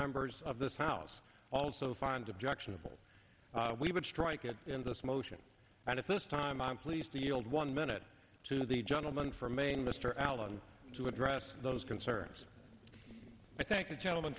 members of this house also find objectionable we would strike it in this motion and at this time i'm pleased to yield one minute to the gentleman from maine mr allen to address those concerns i thank the gentleman